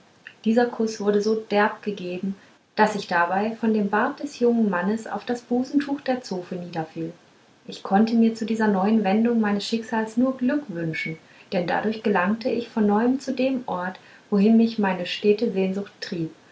dieser kuß wurde so derb gegeben daß ich dabei von dem bart des jungen mannes auf das busentuch der zofe niederfiel ich konnte mir zu dieser neuen wendung meines schicksals nur glück wünschen denn dadurch gelangte ich von neuem zu dem ort wohin mich meine stete sehnsucht trieb